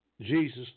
Jesus